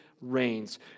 reigns